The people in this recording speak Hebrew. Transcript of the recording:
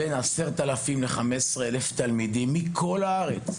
בין 10 אלפים ל-15 אלף תלמידים מכל הארץ,